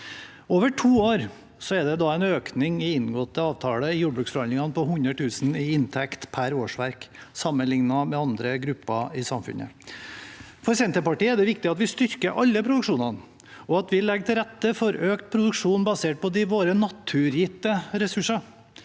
Over to år er det da en økning i inngått avtale i jordbruksforhandlingene på 100 000 kr i inntekt per årsverk sammenlignet med andre grupper i samfunnet. For Senterpartiet er det viktig at vi styrker alle produksjonene, og at vi legger til rette for økt produksjon basert på våre naturgitte ressurser.